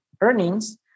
earnings